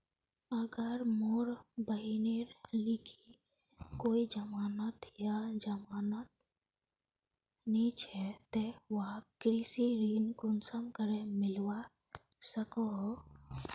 अगर मोर बहिनेर लिकी कोई जमानत या जमानत नि छे ते वाहक कृषि ऋण कुंसम करे मिलवा सको हो?